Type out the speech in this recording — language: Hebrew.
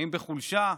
האם בחולשה,